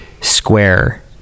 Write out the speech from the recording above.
square